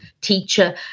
teacher